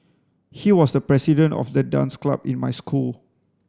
he was the president of the dance club in my school